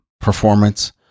performance